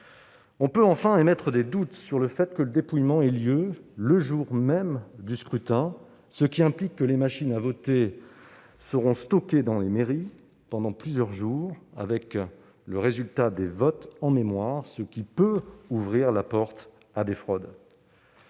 On peut enfin émettre des doutes sur le déroulement du dépouillement le jour même du scrutin : cela implique en effet que les machines à voter seront stockées dans les mairies pendant plusieurs jours avec le résultat des votes en mémoire, ce qui peut ouvrir la porte à des fraudes.